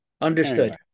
Understood